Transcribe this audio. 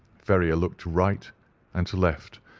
ferrier looked to right and to left,